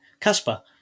Casper